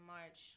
March